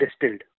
distilled